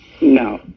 No